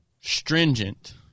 stringent